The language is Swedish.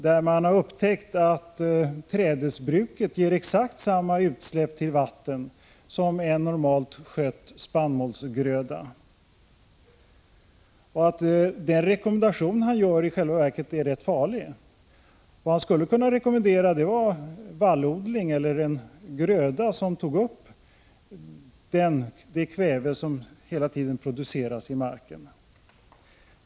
Där har man upptäckt att trädesbruket ger exakt lika stora utsläpp till vatten som en normalt skött spannmålsgröda. Den rekommendation som jordbruksministern ger är alltså i själva verket rätt farlig. Vad han skulle kunna rekommendera är vallodling eller en gröda som tog upp det kväve som hela tiden produceras i marken.